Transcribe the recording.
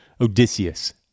Odysseus